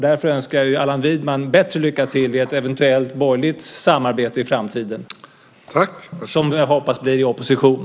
Därför önskar jag Allan Widman bättre lycka i ett eventuellt borgerligt samarbete i framtiden, som jag hoppas blir i opposition.